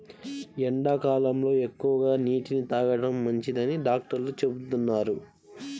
ఎండాకాలంలో ఎక్కువగా నీటిని తాగడం మంచిదని డాక్టర్లు చెబుతున్నారు